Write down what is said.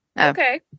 Okay